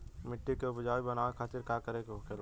मिट्टी की उपजाऊ बनाने के खातिर का करके होखेला?